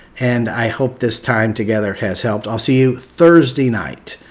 and i hope this time together has helped. i'll see you thursday night.